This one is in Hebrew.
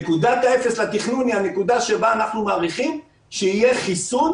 נקודת האפס לתכנון היא הנקודה שבה אנחנו מעריכים שיהיה חיסון,